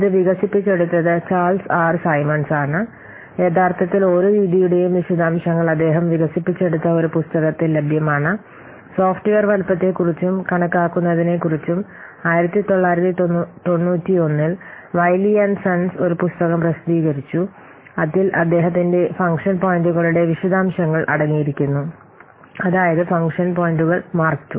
ഇത് വികസിപ്പിച്ചെടുത്തത് Charles R Symons ആണ് യഥാർത്ഥത്തിൽ ഓരോ രീതിയുടെയും വിശദാംശങ്ങൾ അദ്ദേഹം വികസിപ്പിച്ചെടുത്ത ഒരു പുസ്തകത്തിൽ ലഭ്യമാണ് സോഫ്റ്റ്വെയർ വലുപ്പത്തെക്കുറിച്ചും കണക്കാക്കുന്നതിനെക്കുറിച്ചും 1991 ൽ വൈലി ആൻഡ് സൺസ് ഒരു പുസ്തകം പ്രസിദ്ധീകരിച്ചു അതിൽ അദ്ദേഹത്തിന്റെ ഫംഗ്ഷൻ പോയിന്റുകളുടെ വിശദാംശങ്ങൾ അടങ്ങിയിരിക്കുന്നു അതായതു ഫംഗ്ഷൻ പോയിന്റുകൾ മാർക്ക് II